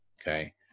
okay